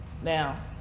Now